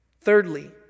Thirdly